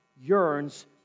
yearns